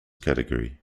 category